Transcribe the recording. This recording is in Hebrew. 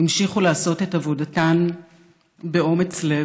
המשיכו לעשות את עבודתן באומץ לב,